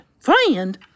Friend